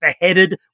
beheaded